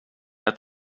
uit